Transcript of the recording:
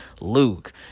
Luke